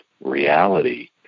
reality